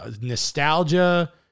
nostalgia